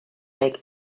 make